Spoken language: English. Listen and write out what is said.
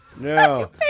No